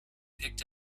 picked